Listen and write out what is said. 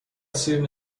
سیر